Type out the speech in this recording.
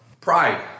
Pride